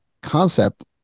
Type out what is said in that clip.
concept